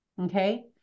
Okay